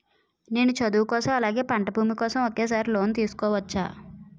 నేను చదువు కోసం అలాగే పంట భూమి కోసం ఒకేసారి లోన్ తీసుకోవచ్చా?